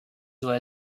doit